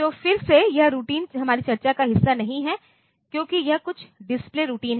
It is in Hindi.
तो फिर से यह रूटीन हमारी चर्चा का हिस्सा नहीं है क्योंकि यह कुछ डिस्प्ले रूटीन है